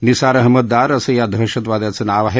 निसार अहमद दार असं या दहशतवाद्याचं नाव आहे